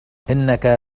إنك